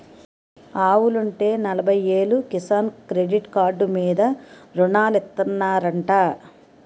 ఆవులుంటే నలబయ్యేలు Kisan credit card మీద రుణాలిత్తనారంటా